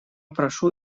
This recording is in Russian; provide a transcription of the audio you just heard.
прошу